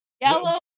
yellow